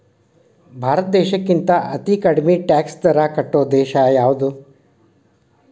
ಭಾರತ್ ದೇಶಕ್ಕಿಂತಾ ಅತೇ ಕಡ್ಮಿ ಟ್ಯಾಕ್ಸ್ ದರಾ ಕಟ್ಟೊ ದೇಶಾ ಯಾವ್ದು?